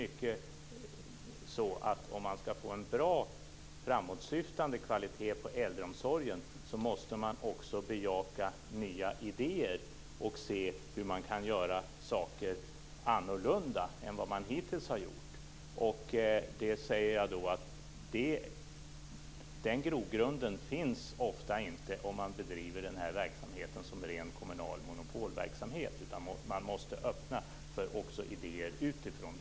Men om man skall få en bra och framåtsyftande kvalitet på äldreomsorgen måste man också bejaka nya idéer och se hur man kan göra saker annorlunda än vad man hittills har gjort. Den grogrunden finns ofta inte om man bedriver den här verksamheten som en ren kommunal monopolverksamhet. Man måste också öppna för idéer utifrån.